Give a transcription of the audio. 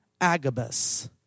Agabus